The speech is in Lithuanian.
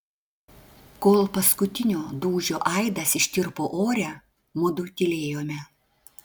kol paskutinio dūžio aidas ištirpo ore mudu tylėjome